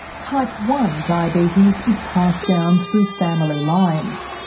type one diabetes is passed down through family lines,